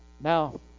Now